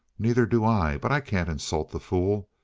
neither do i. but i can't insult the fool.